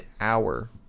hour